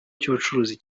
cy’ubucuruzi